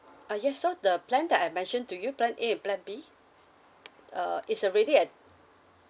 ah yes so the plan that I mentioned to you plan a and plan b uh is already at